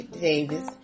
Davis